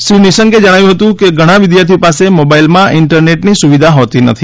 શ્રી નિશંકે જણાવ્યું હતું કે ઘણા વિદ્યાર્થીઓ પાસે મોબાઈલમાં ઈન્ટરનેટની સુવિધા હોતી નથી